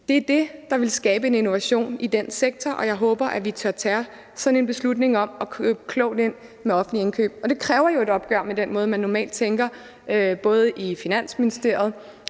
Det er det, der ville skabe en innovation i den sektor, og jeg håber, at vi tør tage sådan en beslutning om at købe klogt ind i det offentlige. Det kræver jo et opgør med den måde, man normalt tænker på både i Finansministeriet,